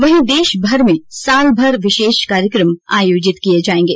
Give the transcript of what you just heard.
वहीं देशभर में साल भर विशेष कार्यक्रम आयोजित किए जाएंगे